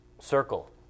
circle